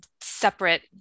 separate